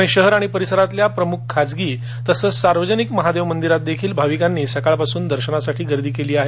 पुणे शहर आणि परिसरातल्या प्रमुख खासगी सार्वजनिक महादेव मंदिरात देखील भाविकांनी सकाळपासूनच दर्शनासाठी गर्दी केली आहे